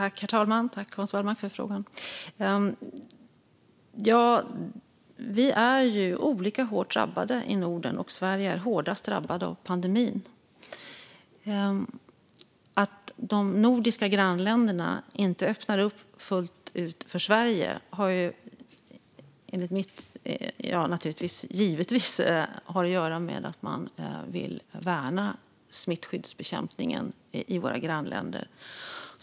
Herr talman! Tack, Hans Wallmark, för frågan! Vi är olika hårt drabbade i Norden, och Sverige är hårdast drabbat av pandemin. Att de nordiska grannländerna inte öppnar upp fullt ut för Sverige har givetvis att göra med att våra grannländer vill värna smittskyddet.